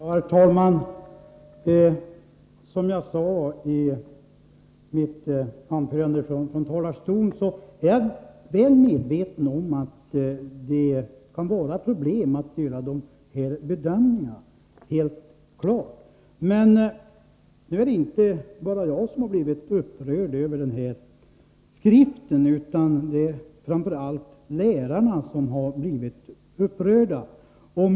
Herr talman! Som jag sade i mitt första anförande är jag mycket väl medveten om att det kan vara problem när det gäller att göra dessa bedömningar — det är helt klart. Det är emellertid inte bara jag som har blivit upprörd över den här skriften, utan det är framför allt lärarna som har blivit det.